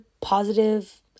positive